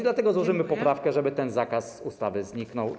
Dlatego złożymy poprawkę, żeby ten zakaz z ustawy zniknął.